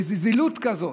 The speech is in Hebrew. בזילות כזאת,